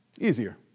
Easier